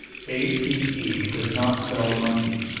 a p e does not spell monkey.